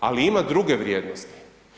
Ali, ima druge vrijednosti.